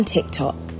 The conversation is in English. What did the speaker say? TikTok